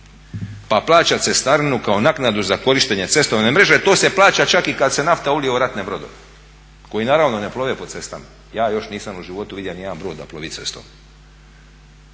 pa plaća cestarinu kao naknadu za korištenje cestovne mreže, to se plaća čak i kada se nafta ulije u ratne brodove koji naravno ne plove po cestama. Ja još nisam u životu vidio niti jedan brod da plovi cestom.